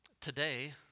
today